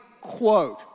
quote